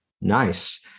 Nice